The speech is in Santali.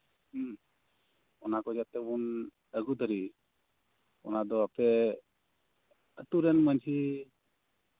ᱦᱩᱸ ᱚᱱᱟ ᱠᱚ ᱡᱟᱛᱮ ᱵᱚᱱ ᱟᱹᱜᱩ ᱫᱟᱲᱟᱭᱟᱜ ᱚᱱᱟᱫᱚ ᱟᱯᱮ ᱟᱹᱛᱩ ᱨᱮᱱ ᱢᱟᱹᱡᱷᱤ